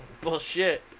Bullshit